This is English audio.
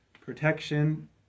protection